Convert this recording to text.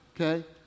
Okay